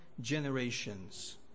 generations